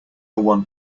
one